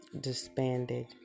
disbanded